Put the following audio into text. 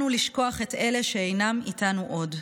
אל לנו לשכוח את אלה שאינם איתנו עוד,